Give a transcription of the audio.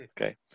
okay